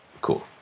Cool